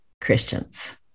Christians